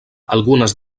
algunes